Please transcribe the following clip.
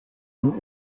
und